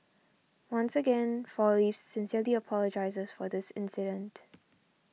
once again Four Leaves sincerely apologises for this incident